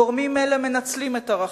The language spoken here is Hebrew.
גורמים אלה מנצלים את ערכינו,